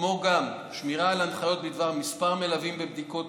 כמו גם שמירה על הנחיות בדבר מספר המלווים בבדיקות,